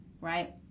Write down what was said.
right